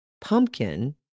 pumpkin